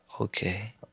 Okay